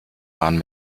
waren